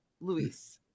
Luis